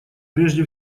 прежде